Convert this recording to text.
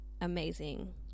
amazing